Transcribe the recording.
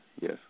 Yes